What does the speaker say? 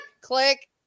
Click